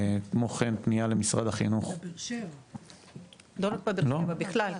כמו כן פנייה למשרד החינוך --- לא נכללים בכלל.